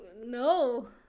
no